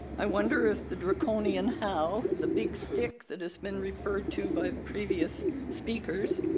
i wonder if the draconian how, the big stick that has been referred to by the previous speakers,